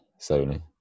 Sony